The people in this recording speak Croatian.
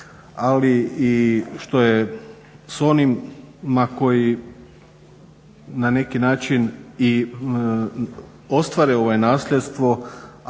Ali i što je s onim ma koji na neki način i ostvare ovaj nasljedstvo